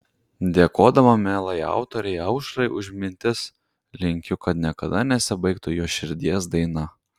dėkodama mielai autorei aušrai už mintis linkiu kad niekada nesibaigtų jos širdies daina